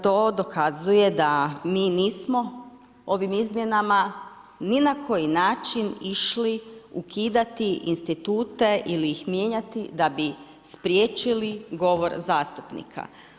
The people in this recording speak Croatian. To dokazuje da mi nismo ovim izmjenama ni na koji način išli ukidati institute ili ih mijenjati da bi spriječili govor zastupnika.